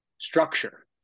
structure